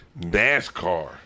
NASCAR